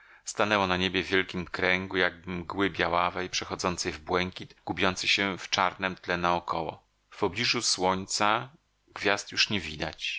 stanęło na niebie w wielkim kręgu jakby mgły białawej przechodzącej w błękit gubiący się w czarnem tle naokoło w pobliżu słońca gwiazd już nie widać